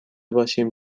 باشیم